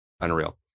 unreal